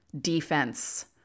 defense